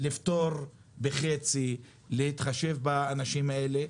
לפטור בחצי, להתחשבות באנשים האלה.